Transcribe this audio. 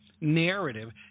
narrative